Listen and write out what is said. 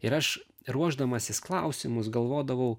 ir aš ruošdamasis klausimus galvodavau